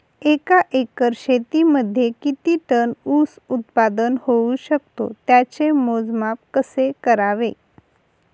एका एकर शेतीमध्ये किती टन ऊस उत्पादन होऊ शकतो? त्याचे मोजमाप कसे करावे?